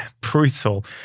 brutal